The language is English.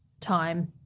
time